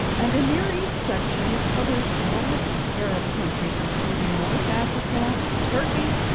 and the near east section covers all of the arab countries, including north africa, turkey,